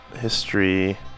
history